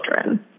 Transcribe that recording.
children